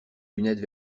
lunettes